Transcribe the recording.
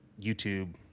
YouTube